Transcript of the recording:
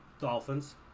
Dolphins